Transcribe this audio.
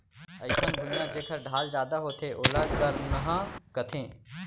अइसन भुइयां जेकर ढाल जादा होथे ओला गरनहॉं कथें